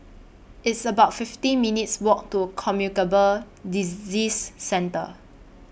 It's about fifty minutes' Walk to Communicable Disease Centre